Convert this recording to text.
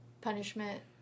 punishment